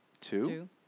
Two